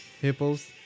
Hippos